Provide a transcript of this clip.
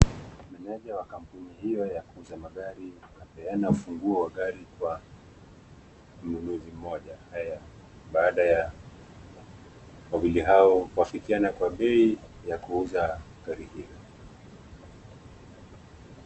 Meneja wa kampuni hiyo ya kuuza magari ,anapeana ufunguo wa gari kwa mnunuzi mmoja. Baada wawili hao kuwafikiana kwa bei ya kuuza gari hilo.